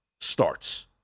starts